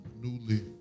newly